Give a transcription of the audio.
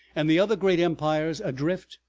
and the other great empires adrift,